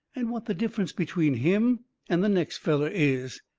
and what the difference between him and the next feller is.